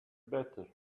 better